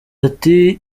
ati